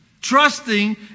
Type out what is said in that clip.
Trusting